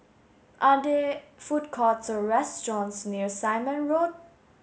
are there food courts or restaurants near Simon Road